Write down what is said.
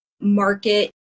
market